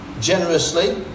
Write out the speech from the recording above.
generously